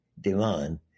demand